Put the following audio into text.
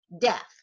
death